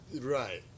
Right